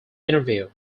interview